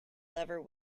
lever